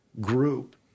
group